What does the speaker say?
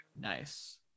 Nice